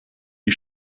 die